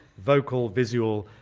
vocal, visual,